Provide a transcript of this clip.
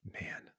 man